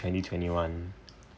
twenty twenty one